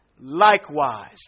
Likewise